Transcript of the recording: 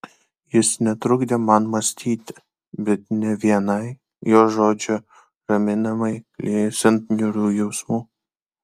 jis netrukdė man mąstyti bet ne vienai jo žodžiai raminamai liejosi ant niūrių jausmų